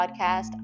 podcast